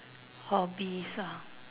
hobbies ah